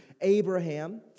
Abraham